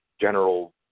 general